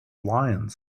lions